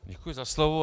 Děkuji za slovo.